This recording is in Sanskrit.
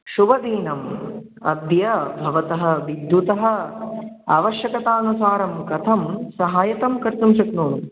शुभदिनम् अद्य भवतः विद्युतः आवश्यकतानुसारं कथं सहायतां कर्तुं शक्नोमि